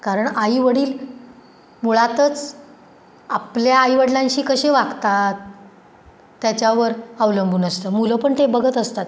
कारण आईवडील मुळातच आपल्या आईवडिलांशी कसे वागतात त्याच्यावर अवलंबून असतं मुलं पण ते बघत असतात